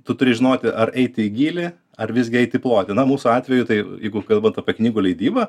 tu turi žinoti ar eiti į gylį ar visgi eiti į plotį na mūsų atveju tai jeigu kalbant apie knygų leidybą